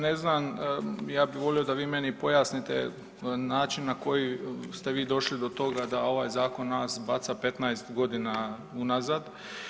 Ne znam, ja bi volio da vi meni pojasnite način na koji ste vi došli do toga da ovaj zakon nas baca 15.g. unazad.